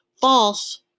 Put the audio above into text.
false